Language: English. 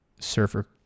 surfer